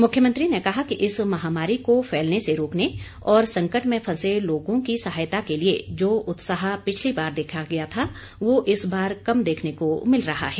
मुख्यमंत्री ने कहा कि इस महामारी को फैलने से रोकने और संकट में फंसे लोगों की सहायता के लिए जो उत्साह पिछली बार देखा गया था वह इस बार कम देखने को मिल रहा है